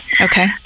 Okay